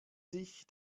sich